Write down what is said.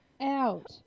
out